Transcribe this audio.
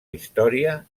història